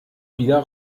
wieder